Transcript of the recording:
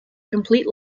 complete